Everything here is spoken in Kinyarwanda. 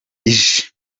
ije